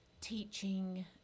teaching